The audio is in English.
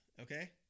Okay